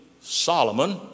Solomon